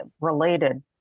related